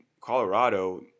Colorado